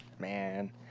man